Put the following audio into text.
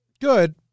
Good